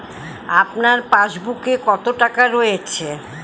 আপনার পাসবুকে কত টাকা রয়েছে?